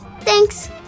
Thanks